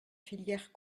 filières